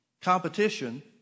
competition